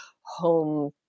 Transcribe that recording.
home